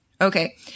Okay